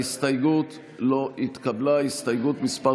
ההסתייגות לא התקבלה, הסתייגות מס'